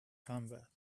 combat